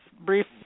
brief